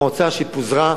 המועצה שפוזרה,